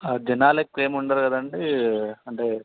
జనాలు ఎక్కువ ఏమి ఉండరు కదండి అంటే